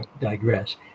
digress